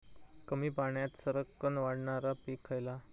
कमी पाण्यात सरक्कन वाढणारा पीक खयला?